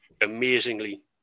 amazingly